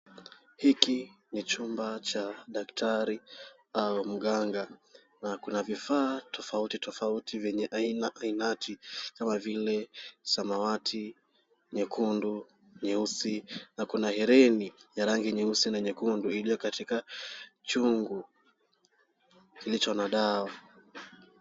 Hiki ni chumba cha daktari au mganga na kuna vifaa tofauti vyenye aina ainati kama vile samawati, nyekundu na nyeusi na kuna hereni ya rangi nyeusi na nyekundu iliyo katika chungu kilicho na dawa.